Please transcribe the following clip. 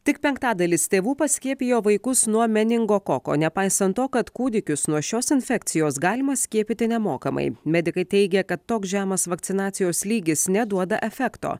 tik penktadalis tėvų paskiepijo vaikus nuo meningokoko nepaisant to kad kūdikius nuo šios infekcijos galima skiepyti nemokamai medikai teigia kad toks žemas vakcinacijos lygis neduoda efekto